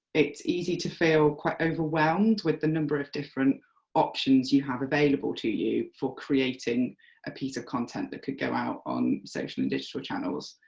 it's easy to feel quite overwhelmed with the number of different options you have available to you for creating a piece of content that could go out on social and digital channels,